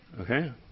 Okay